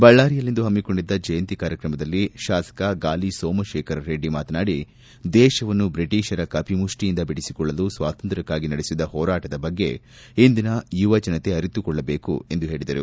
ಬಳ್ಳಾರಿಯಲ್ಲಿಂದು ಪಮ್ಮಿಕೊಂಡಿದ್ದ ಜಯಂತಿ ಕಾರ್ಯಕ್ರಮದಲ್ಲಿ ಶಾಸಕ ಗಾಲಿ ಸೋಮಶೇಖರರೆಡ್ಡಿ ಮಾತನಾಡಿ ದೇಶವನ್ನು ಬ್ರಿಟಿಷರ ಕಪಿಮುಷ್ಠಿಯಿಂದ ಬಿಡಿಸಿಕೊಳ್ಳಲು ಸ್ವಾತಂತ್ರ್ಯಕ್ಕಾಗಿ ನಡೆಸಿದ ಹೋರಾಟದ ಬಗ್ಗೆ ಇಂದಿನ ಯುವ ಜನತೆ ಅರಿತುಕೊಳ್ಳಬೇಕೆಂದು ಹೇಳಿದರು